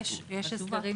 יש הסדרים